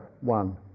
one